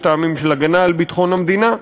יש טעמים של הגנה על ביטחון המדינה.